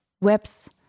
webs